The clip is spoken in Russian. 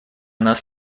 нас